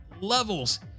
levels